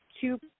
two